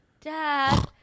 Dad